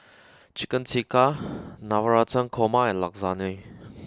Chicken Tikka Navratan Korma and Lasagne